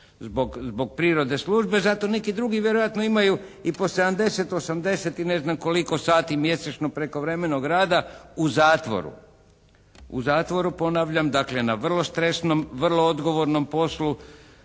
zbog prirode službe. Zato neki drugi vjerojatno imaju i po 70, 80 i ne znam koliko sati mjesečno prekovremenog rada u zatvoru. U zatvoru ponavljam. Dakle na vrlo stresnom, vrlo odgovornom poslu.